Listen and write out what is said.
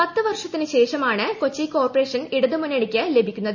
പത്ത് വർഷത്തിനു ശേഷമാണു കൊച്ചി കോർപ്പറേഷൻ ഇടതു മുന്നണിക്കു ലഭിക്കുന്നത്